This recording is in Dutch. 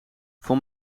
voor